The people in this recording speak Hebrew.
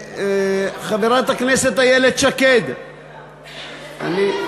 חבר הכנסת כבל, מאיפה המצאת את זה שזה בלי הערבים?